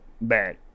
bad